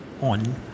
on